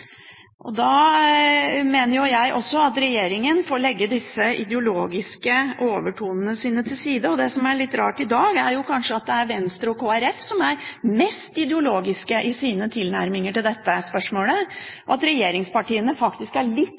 Da mener jeg at regjeringen får legge disse ideologiske overtonene sine til side. Det som er litt rart i dag, er kanskje at det er Venstre og Kristelig Folkeparti som er mest ideologiske i sine tilnærminger til dette spørsmålet, og at regjeringspartiene faktisk litt